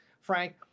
Frank